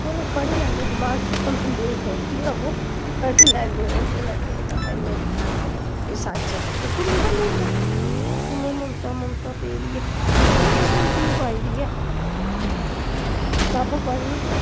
चलो पढ़ी लैन्नी दमाक च भामैं नेईं बौह्दियां पर पढ़ी लैन्नी उस बेल्लै सेही होंदा भाई नेईं एह् सच्च ऐ फ्ही भुल्ली भल्ली जंदा असें मोह् ममता ममता पेदी ऐ चलो एह् बी उंदी गै पाई दी ऐ ते कताबां पढ़नी